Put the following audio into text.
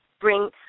bring